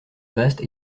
vaste